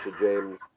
James